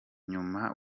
nyuma